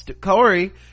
Corey